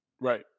Right